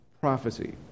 prophecy